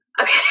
Okay